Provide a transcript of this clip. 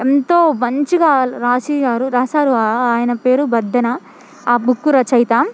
ఎంతో మంచిగా రాసినారు రాశారు ఆయన పేరు బద్దెన ఆ బుక్కు రచయిత